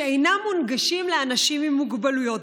שאינם מונגשים לאנשים עם מוגבלויות,